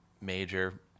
major